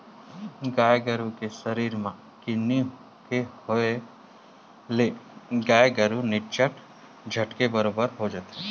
गाय गरु के सरीर म किन्नी के होय ले गाय गरु ह निच्चट झटके बरोबर हो जाथे